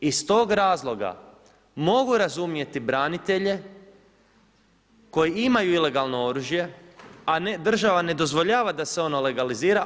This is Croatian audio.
Iz tog razloga mogu razumjeti branitelje koji imaju ilegalno oružje, a država ne dozvoljava da se ono legalizira.